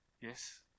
Yes